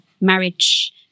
marriage